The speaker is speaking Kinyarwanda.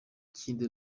ikindi